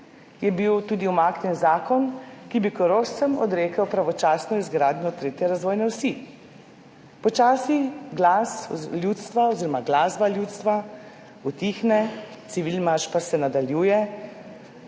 je bil tudi umaknjen zakon, ki bi Korošcem odrekel pravočasno izgradnjo tretje razvojne osi. Počasi glas ljudstva oziroma glasba ljudstva utihne, civilmarš pa se nadaljuje,